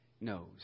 knows